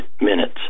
minutes